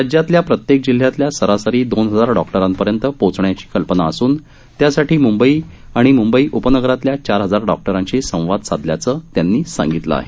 राज्यातल्या प्रत्येक जिल्ह्यातल्या सरासरी दोन हजार डॉक्टरांपर्यंत पोहोचण्याची कल्पना असून त्यासाठी म्ंबई आणि म्ंबई उपनगरातल्या चार हजार डॉक्टरांशी साधल्याचं त्यांनी सांगितलं आहे